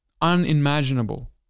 unimaginable